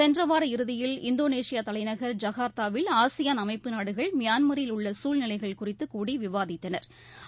சென்றவார இறதியில் இந்தோனேஷியாதலைநகர் ஜகர்த்தாவில் ஆசியான் அமைப்பு நாடுகள் மியான்மாரில் உள்ளசூழ்நிலைகள் குறித்து கூடி விவாதித்தனா்